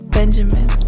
Benjamin